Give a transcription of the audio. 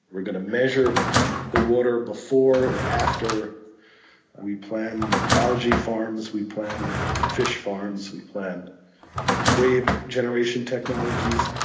we're going to measure the water before and after we plan algae farms, we plan fish farms, we plan wave generation technologies.